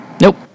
Nope